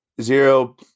Zero